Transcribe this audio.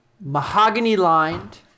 mahogany-lined